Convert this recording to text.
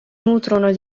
nutrono